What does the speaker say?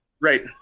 right